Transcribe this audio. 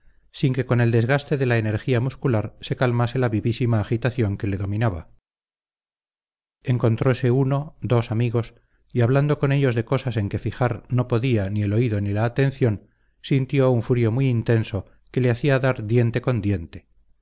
sin que con el desgaste de la energía muscular se calmase la vivísima agitación que le dominaba encontrose uno dos amigos y hablando con ellos de cosas en que fijar no podía ni el oído ni la atención sintió un frío muy intenso que le hacía dar diente con diente